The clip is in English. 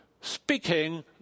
speaking